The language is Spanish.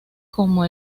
como